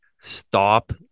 stop